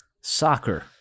Soccer